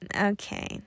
okay